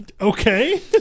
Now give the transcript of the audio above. Okay